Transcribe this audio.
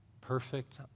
Perfect